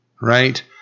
right